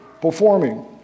performing